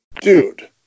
dude